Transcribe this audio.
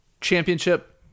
Championship